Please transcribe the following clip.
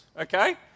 okay